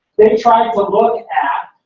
they tried to look look at.